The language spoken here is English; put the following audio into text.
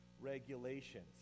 regulations